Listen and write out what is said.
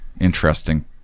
interesting